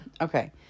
okay